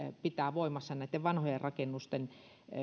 pitää voimassa näitten vanhojen rakennusten